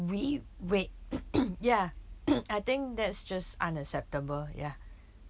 we wait ya I think that's just unacceptable ya